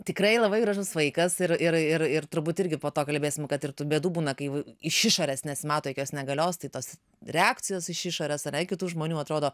tikrai labai gražus vaikas ir ir ir ir turbūt irgi po to kalbėsim kad ir tų bėdų būna kai iš išorės nesimato jokios negalios tai tos reakcijos iš išorės ane kitų žmonių atrodo